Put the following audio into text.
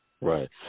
Right